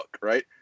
right